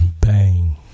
Bang